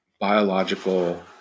biological